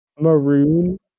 Maroon